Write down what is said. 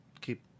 keep